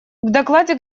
докладе